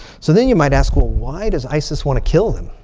so then you might ask, well, why does isis want to kill them?